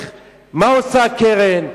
מה עושה הקרן?